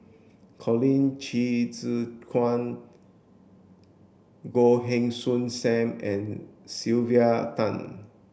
Colin Qi Zhe Quan Goh Heng Soon Sam and Sylvia Tan